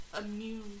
immune